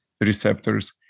Receptors